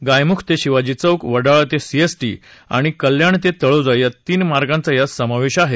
गायमुख ते शिवाजी चौक वडाळा ते सीएसटी आणि कल्याण ते तळोजा या तीन मार्गांचा यात समावेश आहे